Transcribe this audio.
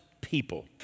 people